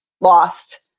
lost